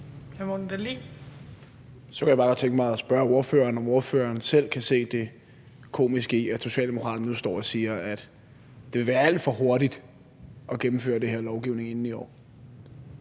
Så kunne jeg bare godt tænke mig at spørge ordføreren, om ordføreren selv kan se det komiske i, at Socialdemokraterne nu står og siger, at det ville være alt for hurtigt at gennemføre den her lovgivning i år.